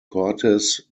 cortes